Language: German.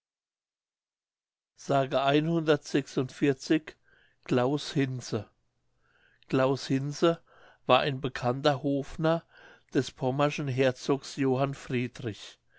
claus hinze claus hinze war ein bekannter hofnarr des pommerschen herzogs johann friedrich